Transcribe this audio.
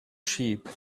sheep